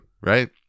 right